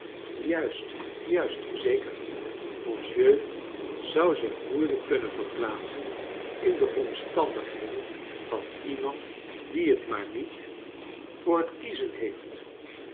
juist juist zeker monsieur zou zich moeiiijk kunnen verplaatseu in de omstandigheden van iemand die het maar niet voor het kiezen heeft